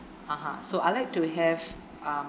(uh huh) so I'd like to have um